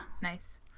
Nice